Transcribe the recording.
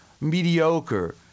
mediocre